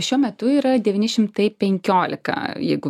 šiuo metu yra devyni šimtai penkiolika jeigu